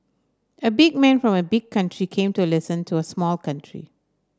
a big man from a big country came to listen to a small country